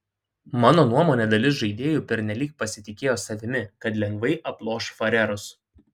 mano nuomone dalis žaidėjų pernelyg pasitikėjo savimi kad lengvai aploš farerus